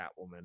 Catwoman